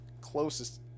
closest –